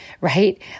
right